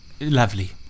lovely